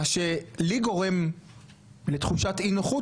מה שלי גורם לתחושת אי נוחות,